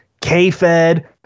K-Fed